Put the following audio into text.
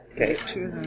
Okay